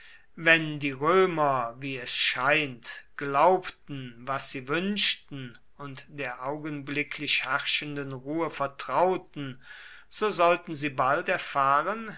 wenn die römer wie es scheint glaubten was sie wünschten und der augenblicklich herrschenden ruhe vertrauten so sollten sie bald erfahren